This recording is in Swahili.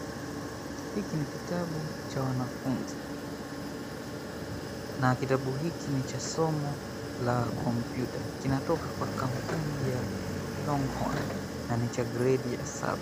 Hiki ni kitabu cha wanafunzi, na kitabu hiki ni cha somo la kompyuta, kinatoka kwa kampuni ya Longhorn na ni cha gredi ya saba.